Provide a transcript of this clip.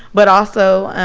but also,